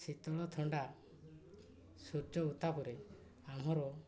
ଶୀତଳ ଥଣ୍ଡା ସୂର୍ଯ୍ୟ ଉତ୍ତାପରେ ଆମର